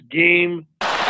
game